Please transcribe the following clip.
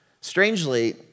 Strangely